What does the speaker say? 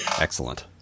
Excellent